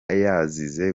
yazize